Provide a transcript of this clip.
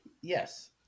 Yes